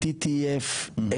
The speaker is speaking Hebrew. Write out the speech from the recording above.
TTF,